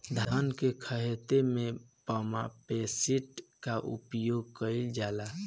धान के ख़हेते में पम्पसेट का उपयोग कइल जाला?